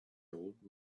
old